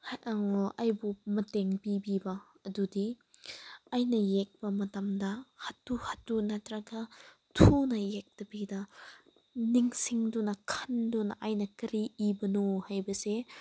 ꯑꯩꯕꯨ ꯃꯇꯦꯡ ꯄꯤꯕꯤꯕ ꯑꯗꯨꯗꯤ ꯑꯩꯅ ꯌꯦꯛꯄ ꯃꯇꯝꯗ ꯍꯥꯊꯨ ꯍꯥꯊꯨ ꯅꯠꯇ꯭ꯔꯒ ꯊꯨꯅ ꯌꯦꯛꯇꯕꯤꯗ ꯅꯤꯡꯁꯤꯡꯗꯨꯅ ꯈꯟꯗꯨꯅ ꯑꯩꯅ ꯀꯔꯤ ꯏꯕꯅꯣ ꯍꯥꯏꯕꯁꯦ